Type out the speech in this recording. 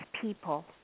People